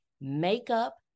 makeup